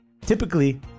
Typically